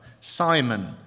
Simon